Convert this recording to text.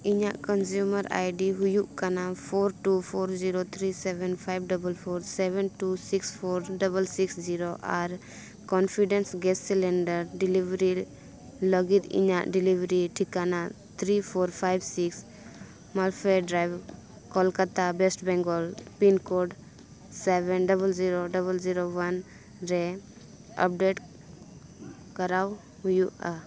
ᱤᱧᱟᱹᱜ consumer I D ᱦᱩᱭᱩᱜ ᱠᱟᱱᱟ four two four zero three seven five double four seven two six four double six zero ᱟᱨ confidence gas cylinder delivery ᱞᱟᱹᱜᱤᱫ ᱤᱧᱟᱹᱜ delivery ᱴᱷᱤᱠᱟᱹᱱᱟ three four five six maple drive Kolkata west Bengal pin code seven double zero double zero one ᱨᱮ update ᱠᱚᱨᱟᱣ ᱦᱩᱭᱩᱜᱼᱟ